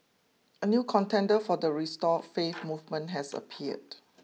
a new contender for the restore faith movement has appeared